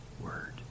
word